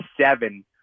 seven